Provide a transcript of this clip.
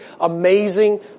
amazing